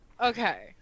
Okay